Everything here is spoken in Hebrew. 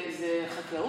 משחררת,